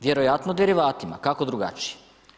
Vjerojatno derivatima, kako drugačije?